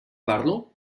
parlo